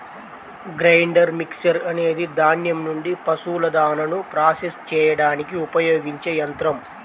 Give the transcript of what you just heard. grinder mixer అనేది ధాన్యం నుండి పశువుల దాణాను ప్రాసెస్ చేయడానికి ఉపయోగించే యంత్రం